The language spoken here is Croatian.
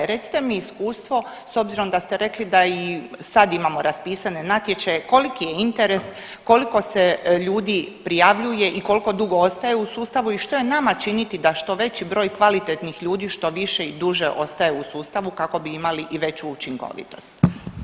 Recite mi iskustvo, s obzirom da ste rekli da i sad imamo raspisane natječaje, koliki je interes, koliko se ljudi prijavljuje i koliko dugo ostaju u sustavu i što je nama činiti da što veći broj kvalitetnih ljudi što više i duže ostaje u sustavu kako bi imali i veću učinkovitost?